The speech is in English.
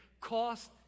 Cost